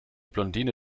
blondine